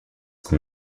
qu’on